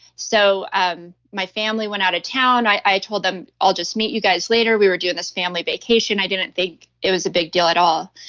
so um my family went out of town. i i told them, i'll just meet you guys later. we were doing this family vacation. i didn't think it was a big deal at all.